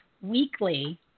weekly